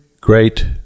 great